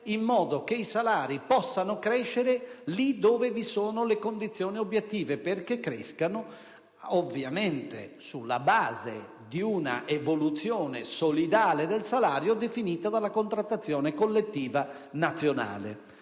in modo che i salari possano crescere lì dove vi sono le condizioni obiettive perché crescano, ovviamente sulla base di una evoluzione solidale del salario, definita dalla contrattazione collettiva nazionale.